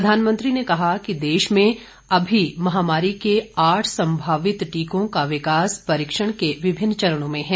प्रधानमंत्री ने कहा कि देश में अभी महामारी के आठ संभावित टीकों का विकास परीक्षण के विभिन्न चरणों में है